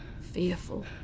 fearful